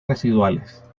residuales